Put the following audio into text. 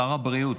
שר הבריאות,